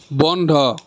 বন্ধ